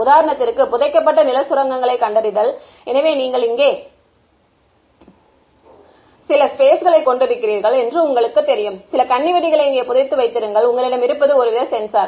உதாரணத்திற்கு புதைக்கப்பட்ட நில சுரங்கங்களை கண்டறிதல் எனவே நீங்கள் இங்கே சில ஸ்பேஸ்களை கொண்டிருக்கிறீர்கள் என்று உங்களுக்குத் தெரியும் சில கண்ணிவெடிகளை இங்கே புதைத்து வைத்திருங்கள் உங்களிடம் இருப்பது ஒருவித சென்சார்